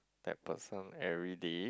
that person everyday